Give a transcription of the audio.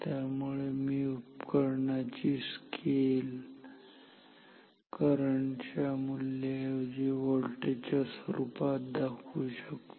त्यामुळे मी उपकरणाची स्केल करंट च्या मूल्य ऐवजी व्होल्टेजच्या स्वरूपात दाखवू शकतो